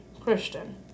Christian